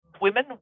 women